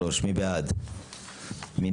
מי בעד הרוויזיה על הסתייגות מספר 40 כולל לחלופין?